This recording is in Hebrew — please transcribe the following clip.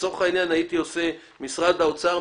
אם הייתי שם את משרד האוצר,